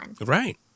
Right